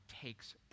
takes